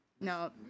No